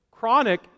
Chronic